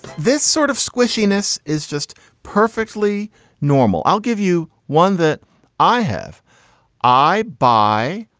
this sort of squishiness is just perfectly normal. i'll give you one that i have i buy.